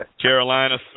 Carolina